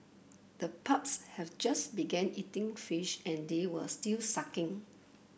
the pups have just began eating fish and they were still suckling